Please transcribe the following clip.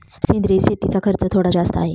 सेंद्रिय शेतीचा खर्च थोडा जास्त आहे